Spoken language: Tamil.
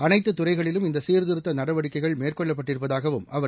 அனைத்து துறைகளிலும் இந்த சீர்திருத்த நடவடிக்கைகள் மேறகொள்ளப் பட்டிருப்பதாகவும் அவர் தெரிவிததார்